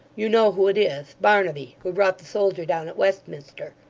you know who it is barnaby, who brought the soldier down, at westminster.